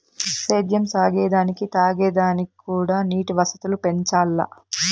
సేద్యం సాగే దానికి తాగే దానిక్కూడా నీటి వసతులు పెంచాల్ల